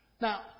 Now